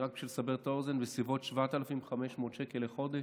רק לסבר את האוזן, כ-7,500 שקל בחודש.